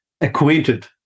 acquainted